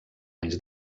anys